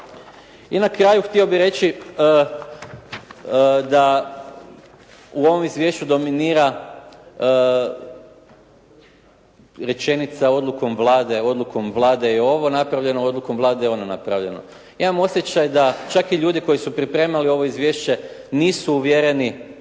I na kraju htio bih reći da u ovom izvješću dominira rečenica odlukom Vlade, odlukom Vlade je ovo napravljeno, odlukom Vlade je ono napravljeno. Imam osjećaj da čak i ljudi koji su pripremali ovo izvješće nisu uvjereni